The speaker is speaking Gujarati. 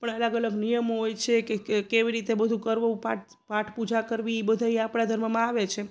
પણ અલગ અલગ નિયમો હોય છે કે કે કેવી રીતે બધું કરવું પાઠ પાઠ પૂજા કરવી બધા એ આપણા ધર્મમાં આવે છે